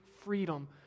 freedom